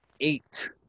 eight